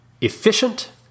efficient